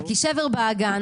שבר באגן